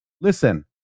Listen